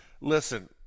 listen